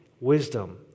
wisdom